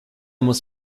muss